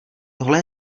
tohle